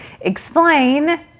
explain